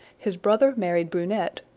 his brother married brunette,